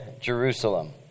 Jerusalem